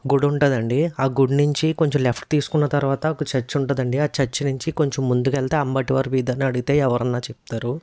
గుడి ఉంటదండి ఆ గుడి నుంచి కొంచెం లెఫ్ట్ తీసుకున్న తర్వాత ఒక చర్చ్ ఉంటుందండి ఆ చర్చి నుంచి కొంచెం ముందుకెళ్తే అంబటివారి వీధి అనడిగితే ఎవరన్నా చెప్తారు